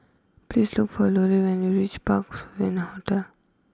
please look for Lollie when you reach Parc Sovereign Hotel